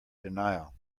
denial